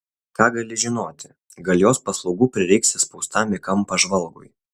ką gali žinoti gal jos paslaugų prireiks įspaustam į kampą žvalgui